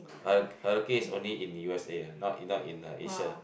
hurri~ hurricane is only in U_S_A ah not in not in uh Asia